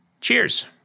cheers